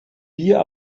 wir